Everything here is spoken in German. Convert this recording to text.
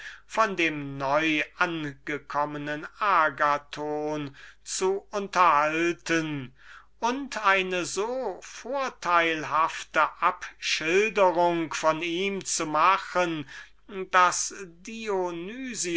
von dem neuangekommenen agathon zu unterhalten und eine so vorteilhafte abschilderung von ihm zu machen daß